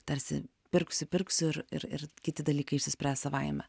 tarsi pirksiu pirksiu ir ir ir kiti dalykai išsispręs savaime